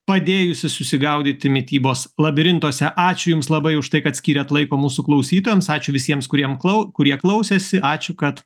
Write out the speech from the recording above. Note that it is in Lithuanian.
padėjusi susigaudyti mitybos labirintuose ačiū jums labai už tai kad skyrėt laiko mūsų klausytojams ačiū visiems kuriem klau kurie klausėsi ačiū kad